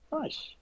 Nice